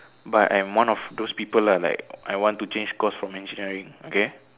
but I'm one of those people lah like I want to change course from engineering okay